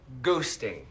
ghosting